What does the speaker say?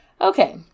Okay